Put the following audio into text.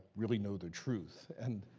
really know the truth. and